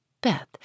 Beth